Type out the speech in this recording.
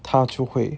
他就会